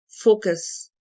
Focus